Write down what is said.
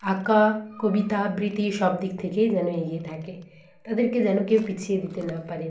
আঁকা কবিতা আবৃতি সব দিক থেকেই যেন এগিয়ে থাকে তাদেরকে যেন কেউ পিছিয়ে দিতে না পারে